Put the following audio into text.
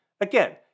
Again